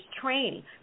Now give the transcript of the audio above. training